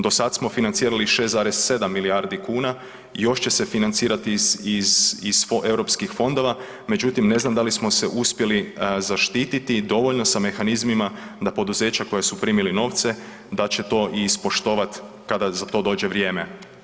Do sada smo financirali 6,7 milijardi kuna i još će se financirati iz Europskih fondova međutim ne znam da li smo se uspjeli zaštititi dovoljno sa mehanizmima da poduzeća koja su primili novce da će to i ispoštovat kada za to dođe vrijeme.